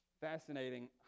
fascinating